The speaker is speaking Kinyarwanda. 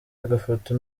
agafoto